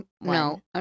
No